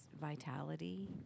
vitality